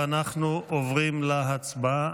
אנחנו עוברים להצבעה.